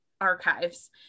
archives